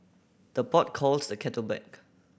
the pot calls the kettle black